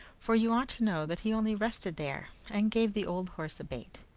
for you ought to know that he only rested there, and gave the old horse a bait.